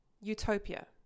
utopia